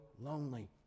lonely